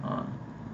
um